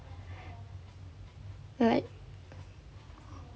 like